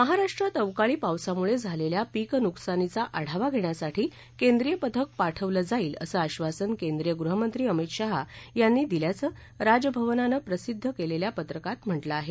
महाराष्ट्रात अवकाळी पावसामुळे झालेल्या पीकनुकसानीचा आढावा घेण्यासाठी केंद्रीय पथक पाठवलं जाईल असं आधासन केंद्रीय गृहमंत्री अमित शहा यांनी दिल्याचं राजभवननं प्रसिद्ध केलेल्या पत्रकात म्हटलं आहे